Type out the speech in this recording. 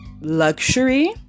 luxury